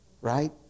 right